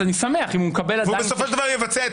אם הוא מקבל, אני שמח.